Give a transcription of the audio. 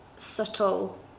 Subtle